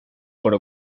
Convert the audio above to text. por